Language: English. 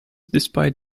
despite